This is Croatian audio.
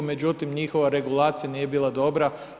Međutim, njihova regulacija nije bila dobra.